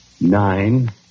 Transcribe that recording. nine